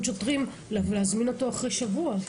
שוטרים אתה לא יכול להזמין אותו אחרי שבוע.